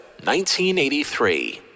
1983